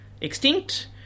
extinct